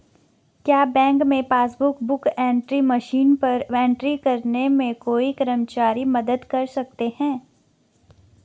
क्या बैंक में passbook book entry machine पर एंट्री करने में कोई कर्मचारी मदद कर सकते हैं?